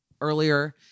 earlier